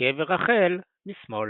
וקבר רחל משמאל.